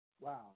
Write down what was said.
Wow